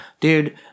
dude